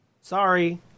sorry